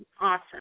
Awesome